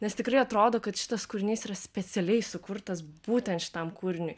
nes tikrai atrodo kad šitas kūrinys yra specialiai sukurtas būtent šitam kūriniui